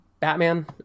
Batman